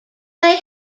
they